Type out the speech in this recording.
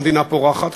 המדינה פורחת,